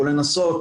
הוא לנסות